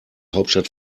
hauptstadt